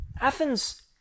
Athens